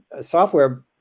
software